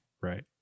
Right